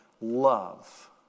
love